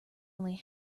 only